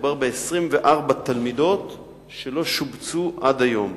מדובר ב-24 תלמידות שלא שובצו עד היום.